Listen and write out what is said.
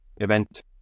event